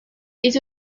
est